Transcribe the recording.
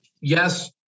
Yes